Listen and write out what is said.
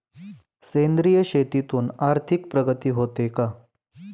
सेंद्रिय शेतीतून आर्थिक प्रगती होते का?